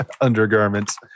undergarments